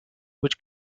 which